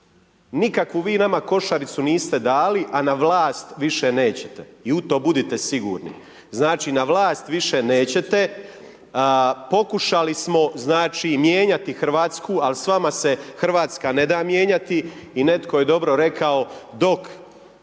nikakvu vi nama košaricu niste dali, a na vlast više nećete, i u to budite sigurni. Znači na vlast više nećete, pokušali smo znači mijenjati Hrvatsku, ali s vama se Hrvatska ne da mijenjati i netko je dobro rekao dok